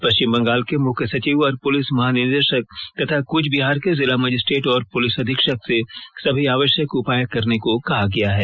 पश्चिम बंगाल के मुख्य सचिव और पुलिस महानिदेशक तथा कृच बिहार के जिला मजिस्ट्रेट और पुलिस अधीक्षक से सभी आवश्यक उपाय करने को कहा गया है